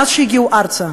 מאז שהגיעו ארצה,